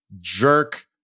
jerk